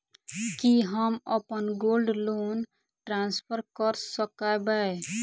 की हम अप्पन gold loan transfer करऽ सकबै?